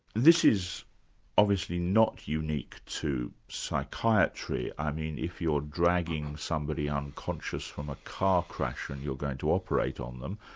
this is obviously not unique to psychiatry. i mean if you're dragging somebody unconscious from a car crash and you're going to operate on them,